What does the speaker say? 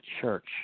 church